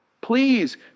Please